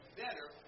better